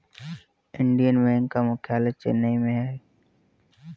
Indian Bank का मुख्यालय चेन्नई में है